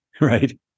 right